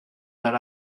that